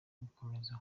ugukomeza